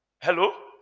Hello